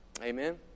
Amen